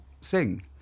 sing